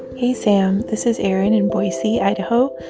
hey, sam. this is erin in boise, idaho.